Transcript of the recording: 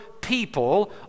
people